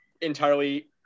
entirely